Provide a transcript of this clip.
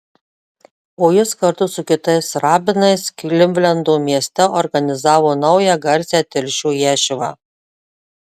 o jis kartu su kitais rabinais klivlendo mieste organizavo naują garsią telšių ješivą